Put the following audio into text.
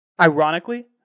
Ironically